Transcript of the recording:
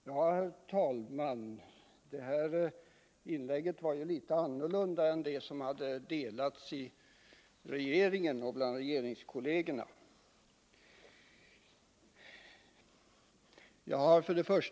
Herr talman! Det här inlägget var ju innehållsmässigt litet annorlunda än det svar som utgått från regeringen och som också utrikesministerns regeringskolleger har fått ta del av.